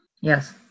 Yes